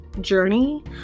journey